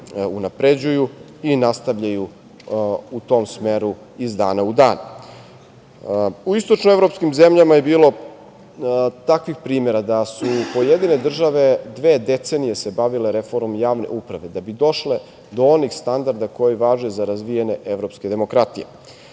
unapređuju i nastavljaju u tom smeru iz dana u dan.U istočno evropskim zemljama je bilo takvih primera da su pojedine države dve decenije se bavile reformom javne uprave da bi došle do onih standarda koji važe za razvijene evropske demokratije.